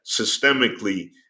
systemically